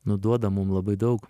nu duoda mum labai daug